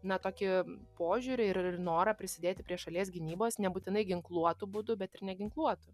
na tokį požiūrį ir ir norą prisidėti prie šalies gynybos nebūtinai ginkluotu būdu bet ir neginkluotu